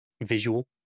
visual